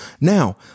Now